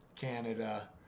Canada